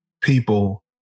people